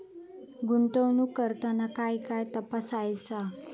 गुंतवणूक करताना काय काय तपासायच?